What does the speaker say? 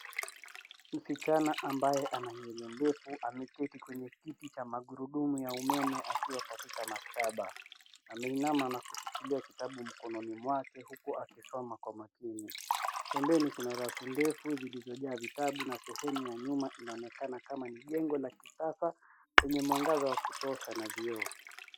Msichana ambaye ana nywele ndefu ameketi kwenye kiti cha magurudumu ya umeme akiwa katika maktaba. Ameinama na kushikilia kitabu mkononi mwake huku akisoma kwa makini. Pembeni kuna rafu ndefu zilizojaa vitabu na sehemu ya nyuma inaonekana kama ni jengo la kisasa lenye mwangaza wa kutosha na vioo.